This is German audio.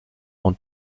und